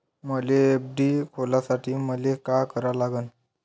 मले एफ.डी खोलासाठी मले का करा लागन?